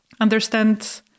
understand